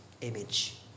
image